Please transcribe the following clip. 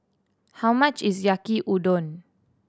how much is Yaki Udon